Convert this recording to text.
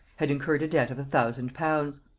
had incurred a debt of a thousand pounds.